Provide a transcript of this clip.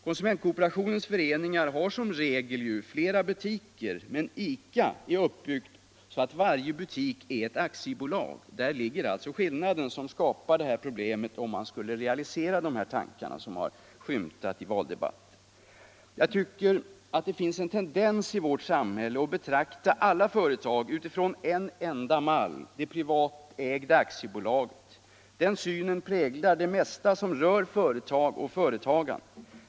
Konsumentkooperationens föreningar har som regel flera butiker, medan ICA är uppbyggt så att varje butik är ett aktiebolag. Där ligger alltså skillnaden som skapar det här problemet. om man skulle realisera de tankar som har skymtat i valdebatten. Det finns en tendens i vårt samhälle att betrakta företag utifrån en enda mall — det privatägda aktiebolaget. Den synen präglar det mesta som rör företag och företagande.